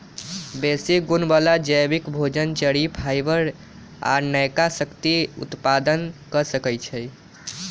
बेशी गुण बला जैबिक भोजन, चरि, फाइबर आ नयका शक्ति उत्पादन क सकै छइ